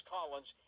Collins